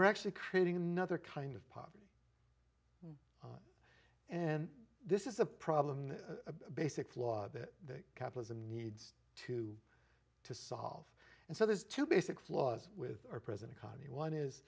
we're actually creating another kind of poverty and this is a problem a basic flaw that capitalism needs to to solve and so there's two basic flaws with our present economy one is